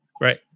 right